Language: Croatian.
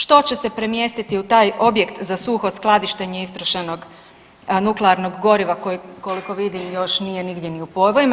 Što će se premjestiti u taj objekt za suho skladištenje istrošenog nuklearnog goriva kojeg koliko vidim još nije nigdje ni u povojima.